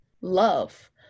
love